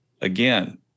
again